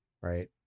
Right